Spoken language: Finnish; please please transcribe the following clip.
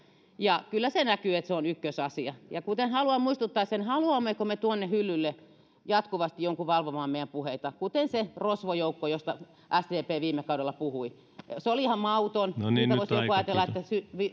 ja kyllä se näkyy että se on ykkösasia haluan muistuttaa että haluammeko me tuonne hyllylle jatkuvasti jonkun valvomaan meidän puheita kuten siitä rosvojoukosta josta sdp viime kaudella puhui se oli ihan mauton siitä voisi joku ajatella että